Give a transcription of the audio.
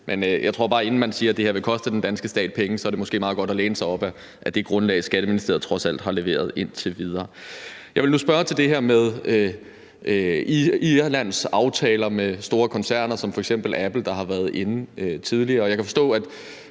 men jeg tror bare, at inden man siger, det her vil koste den danske stat penge, er det måske meget godt at læne sig op ad det grundlag, Skatteministeriet trods alt har leveret indtil videre. Jeg ville nu spørge til det her med Irlands aftaler med store koncerner som f.eks. Apple, som vi har været inde på tidligere.